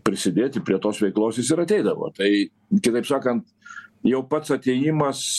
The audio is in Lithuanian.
prisidėti prie tos veiklos jis ir ateidavo tai kitaip sakant jau pats atėjimas